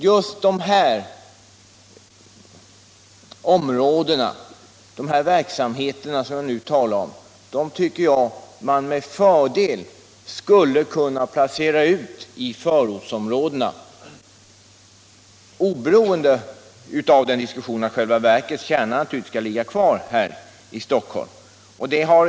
Just dessa verksamheter borde, tycker jag, kunna placeras i förortsområdena även om verkets kärna ligger kvar i Stockholm.